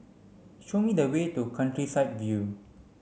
show me the way to Countryside View